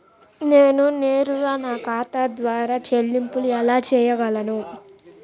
నేను నేరుగా నా ఖాతా ద్వారా చెల్లింపులు ఎలా చేయగలను?